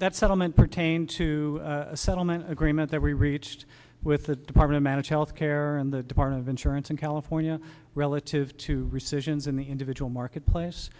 that settlement pertain to a settlement agreement that we reached with the department of health care in the department of insurance in california relative to rescissions in the individual marketplace